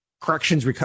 Corrections